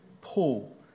Paul